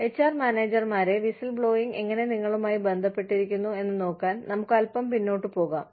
HR മാനേജർമാരേ whistleblowing എങ്ങനെ നിങ്ങളുമായി ബന്ധപ്പെട്ടിരിക്കുന്നു എന്ന് നോക്കാൻ നമുക്ക് അൽപ്പം പിന്നോട്ട് പോകാം